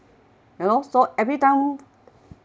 you know so every time